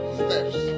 steps